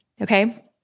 okay